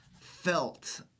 felt